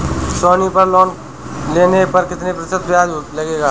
सोनी पल लोन लेने पर कितने प्रतिशत ब्याज लगेगा?